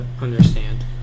understand